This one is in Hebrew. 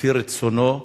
לפי רצונו.